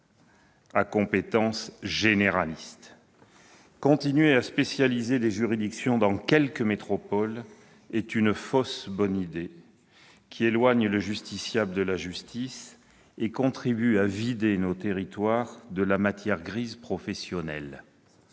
à compétence généraliste. Continuer à spécialiser des juridictions dans quelques métropoles est une fausse bonne idée qui éloigne le justiciable de la justice et contribue à vider les territoires de la matière grise professionnelle.